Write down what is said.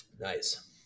Nice